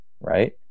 right